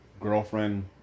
Girlfriend